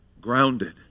grounded